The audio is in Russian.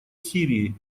сирии